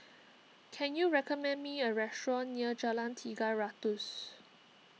can you recommend me a restaurant near Jalan Tiga Ratus